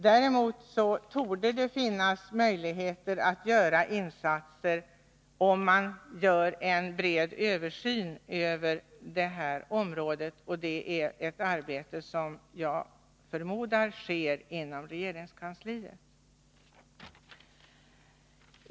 Däremot torde det finnas möjligheter att göra insatser, om man genomför en bred översyn över det här området, och det är ett arbete som jag förmodar sker inom regeringskansliet.